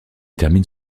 termine